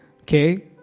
okay